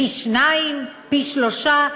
פי-שניים, פי-שלושה.